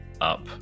up